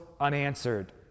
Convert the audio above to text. unanswered